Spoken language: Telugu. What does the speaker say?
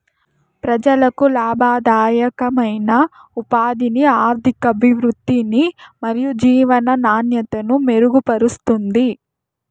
ప్రజలకు లాభదాయకమైన ఉపాధిని, ఆర్థికాభివృద్ధిని మరియు జీవన నాణ్యతను మెరుగుపరుస్తుంది